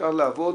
אפשר לעבוד,